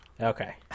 Okay